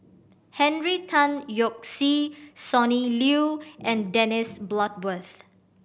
Henry Tan Yoke See Sonny Liew and Dennis Bloodworth